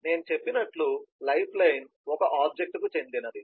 నేను చెప్పినట్లు life line ఒక ఆబ్జెక్ట్ కు చెందినది